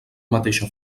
mateixa